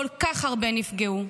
כל כך הרבה נפגעו.